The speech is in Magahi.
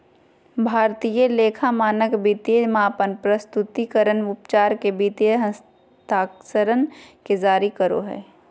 भारतीय लेखा मानक वित्तीय मापन, प्रस्तुतिकरण, उपचार के वित्तीय हस्तांतरण के जारी करो हय